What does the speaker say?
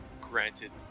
granted